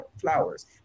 flowers